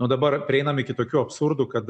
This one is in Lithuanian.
na o dabar prieinam iki tokių absurdų kad